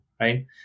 right